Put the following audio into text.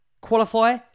qualify